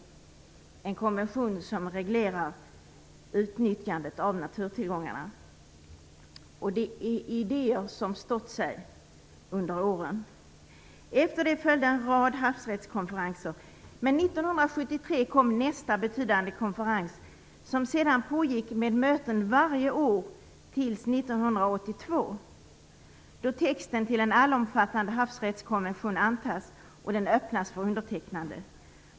Det är en konvention som reglerar utnyttjandet av naturtillgångarna. Detta är idéer som har stått sig under åren. Efter detta följde en rad havsrättskonferenser, men 1973 kom nästa betydande konferens. Den pågick sedan med möten varje år fram till 1982, då texten till en allomfattande havsrättskonvention antogs och öppnades för undertecknande.